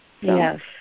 Yes